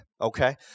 okay